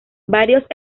varios